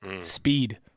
Speed